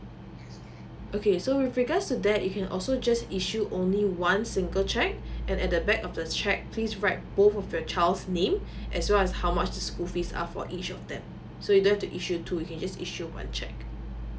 okay so with regards to that you can also just issue only one single check and at the back of the cheque please write both of your child's name as well as how much school fees are for each of them so you don't have to issue two you can just issue one cheque